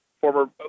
former